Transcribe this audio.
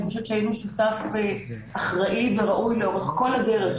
חושבת שהיינו שותף אחראי וראוי לאורך כל הדרך,